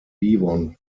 devon